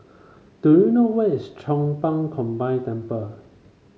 do you know where is Chong Pang Combine Temple